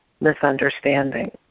misunderstanding